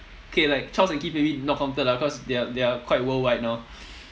okay like charles and keith maybe not counted lah cause they are they are quite worldwide now